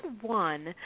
one